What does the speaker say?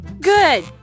Good